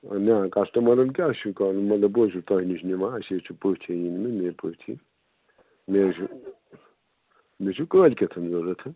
ٲں نَہ کَسٹمَرَن کیٛاہ چھُ کَرُن مطلب بہٕ ہے چھُس تۄہہِ نِش نِوان اسہِ حظ چھِ پٔژھۍ ہے یِن مےٚ مےٚ پٔژھۍ یِن مےٚ حظ چھُ مےٚ چھُ کٲلۍ کیٚتھ ضروٗرت